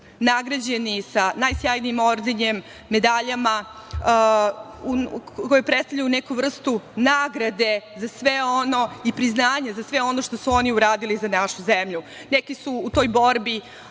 nagrađeni sa najsjajnijim ordenjem, medaljama, koje predstavljaju neku vrstu nagrade za sve ono i priznanje za sve ono što su oni uradili za našu zemlju. Neki su u toj borbi